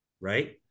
right